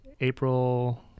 April